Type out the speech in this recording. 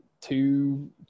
two